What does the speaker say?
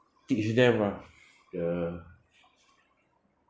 teach them ah ya